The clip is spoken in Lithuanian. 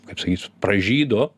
kaip sakyt pražydo